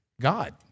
God